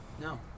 No